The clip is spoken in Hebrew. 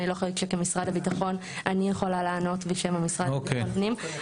אני לא חושבת שכמשרד הביטחון אני יכולה לענות בשם המשרד לביטחון פנים.